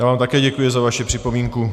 Já vám také děkuji za vaši připomínku.